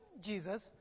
Jesus